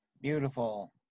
Beautiful